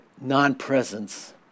non-presence